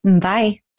Bye